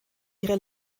ihre